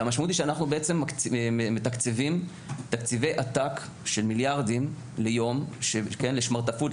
המשמעות היא שאנחנו מתקצבים תקציבי עתק של מיליארדים ליום לשמרטפות,